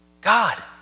God